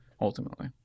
Ultimately